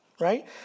right